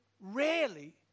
rarely